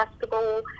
festival